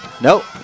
nope